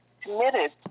committed